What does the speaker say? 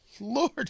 Lord